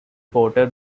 border